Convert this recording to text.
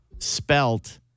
spelt